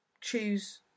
choose